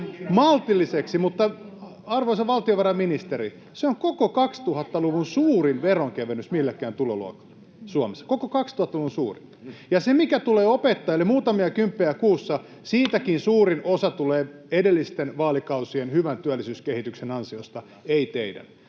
välihuuto] Arvoisa valtiovarainministeri, se on koko 2000-luvun suurin veronkevennys millekään tuloluokalle Suomessa, koko 2000-luvun suurin. Ja siitäkin, mikä tulee opettajille, muutamia kymppejä kuussa, suurin osa tulee edellisten vaalikausien hyvän työllisyyskehityksen ansiosta, ei teidän.